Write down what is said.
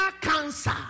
cancer